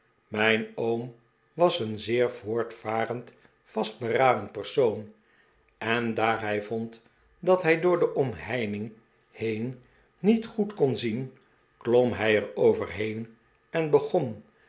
mijn oom was een zeer voortvarend vastberaden persoon en daar hij vond dat hij door de omheining heen niet goed kon zien klom hij er overheen en begon